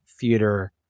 theater